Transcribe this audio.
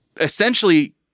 essentially